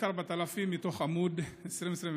תיק 4000, מתוך עמ' 20 21: